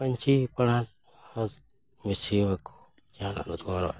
ᱯᱟᱹᱧᱪᱤ ᱯᱟᱬᱦᱟᱴ ᱦᱚᱸ ᱵᱤᱥᱤ ᱵᱟᱠᱚ ᱡᱟᱦᱟᱱᱟᱜ ᱫᱚᱠᱚ ᱦᱚᱨᱚᱜ ᱮᱫ